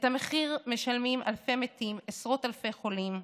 את המחיר משלמים אלפי מתים, עשרות אלפי חולים.